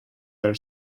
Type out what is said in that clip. their